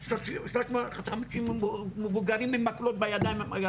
300 מבוגרים עם מקלות על הידיים.